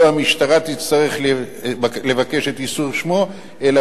לא המשטרה תצטרך לבקש את איסור פרסום שמו אלא